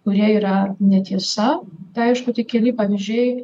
kurie yra netiesa tai aišku tik keli pavyzdžiai